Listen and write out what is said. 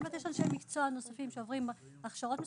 אני אומרת יש אנשי מקצוע נוספים שעוברים הכשרות מסוימות.